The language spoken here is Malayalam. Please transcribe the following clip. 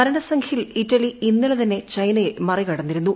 മരണസംഖ്യയിൽ ഇറ്റലി ഇന്നലെ തന്നെ ചൈനയെ മറികടന്നിരുന്നു